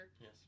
Yes